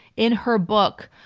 in her book,